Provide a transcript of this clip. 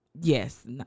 Yes